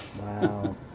Wow